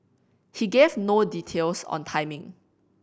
he gave no details on timing